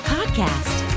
Podcast